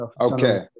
Okay